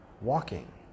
walking